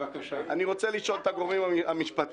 אני רוצה לשאול את הגורמים המשפטיים